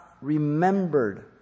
remembered